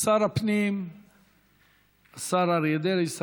שר הפנים אריה דרעי,